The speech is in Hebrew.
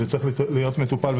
שצריכה להיות מטופלת,